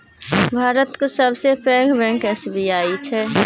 भातक सबसँ पैघ बैंक एस.बी.आई छै